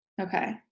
Okay